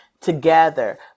together